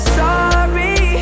sorry